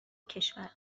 کشور